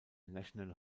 national